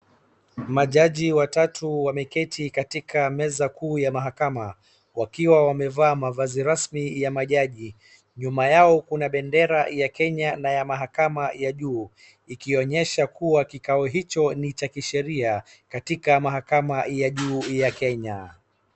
Majaji watatu wameketi katika meza kuu ya mahakama wakiwa wamevaa mavazi rasmi ya majaji. Nyuma yao kuna bendera ya Kenya na ya mahakama y juu, ikionyesha kuwa kikao hicho ni cha kisheria katika mahakama ya juu ya Kenya.